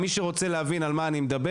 מי שרוצה להבין על מה אני מדבר,